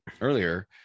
earlier